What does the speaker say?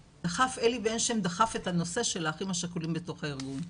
אלי בן שם דחף את הנושא של האחים השכולים בתוך הארגון.